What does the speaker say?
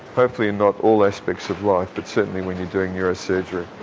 hopefully in not all aspects of life but certainly when you're doing neurosurgery.